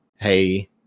hey